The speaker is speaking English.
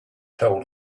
told